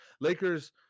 Lakers